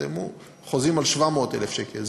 יחתמו חוזים על 700,000 שקל.